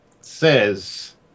says